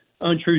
untrue